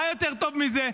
מה יותר טוב מזה?